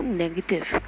negative